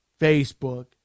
facebook